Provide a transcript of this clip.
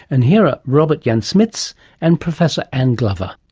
and here are robert jan-smits and professor anne glover.